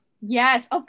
Yes